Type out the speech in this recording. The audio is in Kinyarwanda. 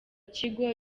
kigo